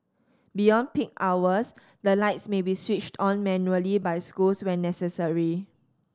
beyond peak hours the lights may be switched on manually by schools when necessary